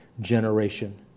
generation